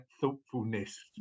thoughtfulness